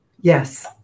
Yes